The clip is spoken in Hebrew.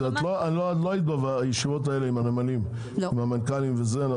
לא היית בישיבות האלה עם הנמלים, עם המנכ"לים וזה.